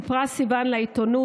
סיפרה סיוון לעיתונות.